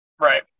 right